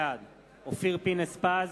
בעד אופיר פינס-פז,